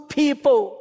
people